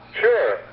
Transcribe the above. Sure